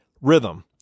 Rhythm